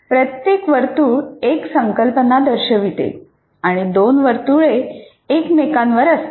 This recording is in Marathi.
प्रत्येक वर्तुळ एक संकल्पना दर्शविते आणि दोन वर्तुळे एकमेकांवर असतात